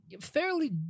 fairly